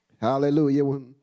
Hallelujah